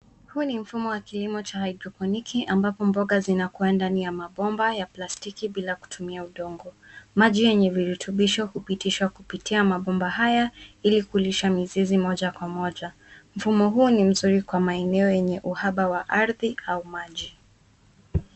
Huu ni mfumo wa kilimo cha haidroponiki ambapo mboga zinakua ndani ya mabomba ya plastiki bila kutumia udongo. Maji yenye virutubisho huitishwa kupitia mabomba haya ili kilisha miziz moja kwa moja. Mfumo huo ni mzuri kwa maeneo yenye uhaba wa ardhi au maji.